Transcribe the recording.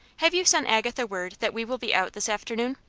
have you send agatha word that we will be out this afternoon?